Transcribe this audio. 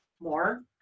More